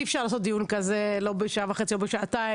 אי אפשר לעשות דיון כזה בשעתיים או בשעה וחצי.